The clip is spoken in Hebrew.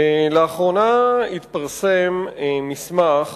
לאחרונה התפרסם מסמך